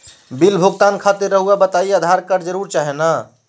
Bill भुगतान खातिर रहुआ बताइं आधार कार्ड जरूर चाहे ना?